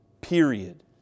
Period